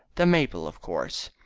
the maple, of course.